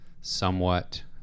somewhat